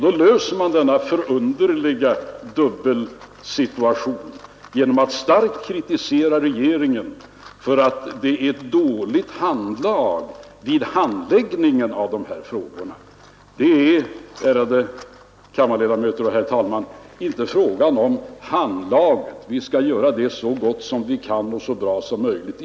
Då löser man denna förunderliga dubbelsituation genom att starkt kritisera regeringen för ett dåligt handlag vid behandlingen av dessa frågor. Det är, ärade kammarledamöter och herr talman, inte fråga om handlaget. Vi skall göra detta så gott. som vi kan och så bra som möjligt.